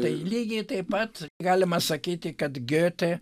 tai lygiai taip pat galima sakyti kad giotė